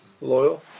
Loyal